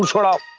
what are